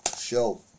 show